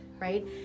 right